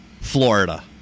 Florida